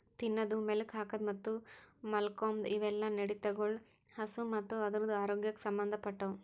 ತಿನದು, ಮೇಲುಕ್ ಹಾಕದ್ ಮತ್ತ್ ಮಾಲ್ಕೋಮ್ದ್ ಇವುಯೆಲ್ಲ ನಡತೆಗೊಳ್ ಹಸು ಮತ್ತ್ ಅದುರದ್ ಆರೋಗ್ಯಕ್ ಸಂಬಂದ್ ಪಟ್ಟವು